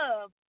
love